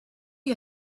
see